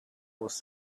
was